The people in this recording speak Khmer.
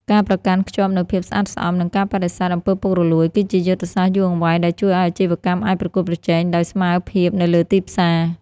ការប្រកាន់ខ្ជាប់នូវភាពស្អាតស្អំ និងការបដិសេធ អំពើពុករលួយ គឺជាយុទ្ធសាស្ត្រយូរអង្វែងដែលជួយឱ្យអាជីវកម្មអាចប្រកួតប្រជែងដោយស្មើភាពនៅលើទីផ្សារ។